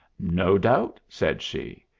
no doubt, said she.